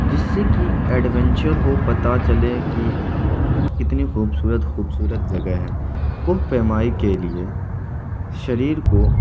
جس سے کہ ایڈونچر ہو پتہ چلے کہ کتنی خوبصورت خوبصورت جگہ ہے کوہ پیمائی کے لیے شریر کو